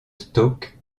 stokes